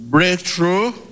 Breakthrough